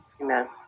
Amen